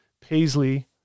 paisley